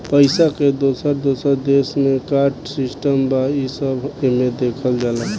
पइसा के दोसर दोसर देश मे का सिस्टम बा, ई सब एमे देखल जाला